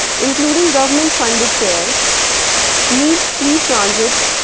including government funded fairs need free transit,